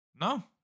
No